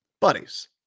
Buddies